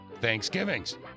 Thanksgivings